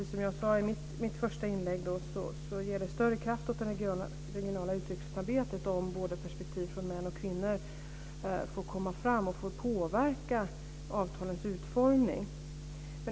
Som jag sade i mitt första inlägg ger det större kraft åt det regionala utvecklingsarbetet om perspektiv från både män och kvinnor får komma fram och påverka avtalens utformning.